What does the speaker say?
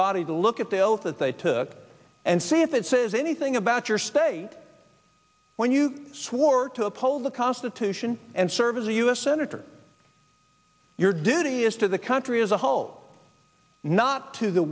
body to look at the oath that they took and see if it says anything about your state when you swore to uphold the constitution and serve as a u s senator your duty is to the country as a whole not to the